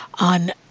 on